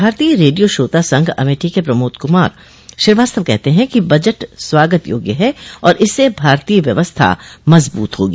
भारतीय रेडियो श्रोता संघ अमेठी के प्रमोद कुमार श्रीवास्तव कहते हैं कि बजट स्वागत योग्य है और इससे भारतीय व्यवस्था मजबूत होगी